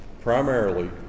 Primarily